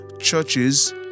churches